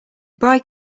bride